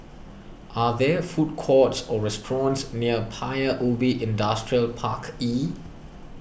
are there food courts or restaurants near Paya Ubi Industrial Park E